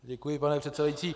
Děkuji, pane předsedající.